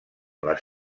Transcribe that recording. les